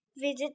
visit